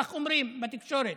כך אומרים בתקשורת.